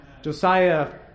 Josiah